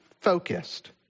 focused